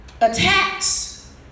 Attacks